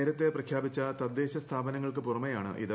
നേരത്തെ പ്രഖ്യാപിച്ച തദ്ദേശ സ്ഥാപനങ്ങൾക്ക് പുറമേയാണിത്